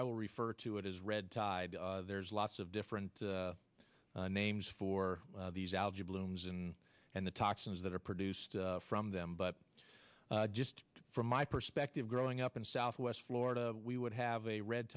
i will refer to it as red tide there's lots of different names for these algae blooms and and the toxins that are produced from them but just from my perspective growing up in southwest florida we would have a red